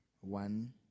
one